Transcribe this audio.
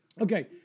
Okay